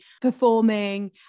performing